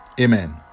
amen